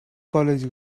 college